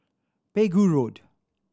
Pegu Road